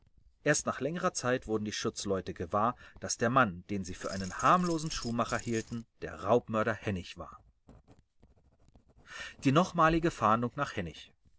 erst nach längerer zeit wurden die schutzleute gewahr daß der mann den sie für einen harmlosen schuhmacher hielten der raubmörder hennig war die nochmalige fahndung nach hennig